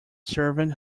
servant